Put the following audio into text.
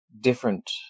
different